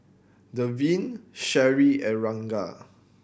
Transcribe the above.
Deven Cherie and Ragna